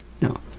No